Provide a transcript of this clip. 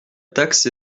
taxe